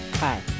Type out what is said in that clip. Hi